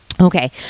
okay